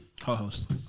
Co-host